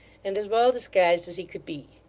and as well disguised as he could be.